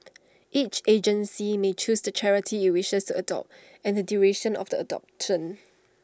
each agency may choose the charity IT wishes to adopt and the duration of the adoption